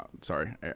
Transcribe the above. sorry